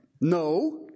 No